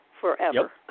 forever